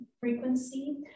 frequency